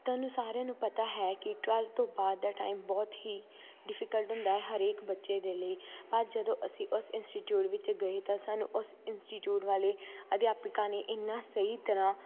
ਤੁਹਾਨੂੰ ਸਾਰਿਆਂ ਨੂੰ ਪਤਾ ਹੈ ਕਿ ਟਵੈਲਥ ਤੋਂ ਬਾਅਦ ਦਾ ਟਾਈਮ ਬਹੁਤ ਹੀ ਡਿਫੀਕਲਟ ਹੁੰਦਾ ਹਰੇਕ ਬੱਚੇ ਦੇ ਲਈ ਪਰ ਜਦੋਂ ਅਸੀਂ ਉਸ ਇੰਸਟੀਚਿਊਟ ਵਿੱਚ ਗਏ ਤਾਂ ਸਾਨੂੰ ਉਸ ਇੰਸਟੀਚਿਊਟ ਵਾਲੇ ਅਧਿਆਪਕਾਂ ਨੇ ਐਨਾ ਸਹੀ ਤਰ੍ਹਾਂ